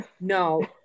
No